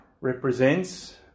represents